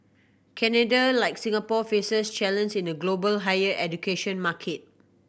Canada like Singapore faces challenge in a global higher education market